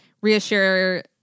reassure